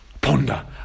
ponder